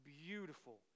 beautiful